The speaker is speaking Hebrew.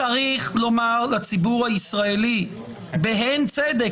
צריך לומר לציבור הישראלי בהן צדק,